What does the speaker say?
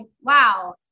wow